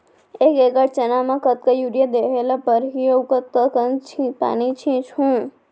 एक एकड़ चना म कतका यूरिया देहे ल परहि अऊ कतका कन पानी छींचहुं?